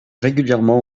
régulièrement